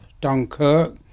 Dunkirk